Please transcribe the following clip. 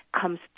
comes